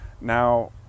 now